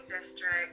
district